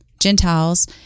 gentiles